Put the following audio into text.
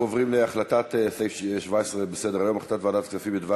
עוברים לסעיף 17 בסדר-היום: החלטת ועדת הכספים בדבר